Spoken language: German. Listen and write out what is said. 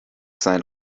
sein